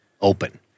open